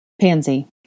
Pansy